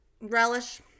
relish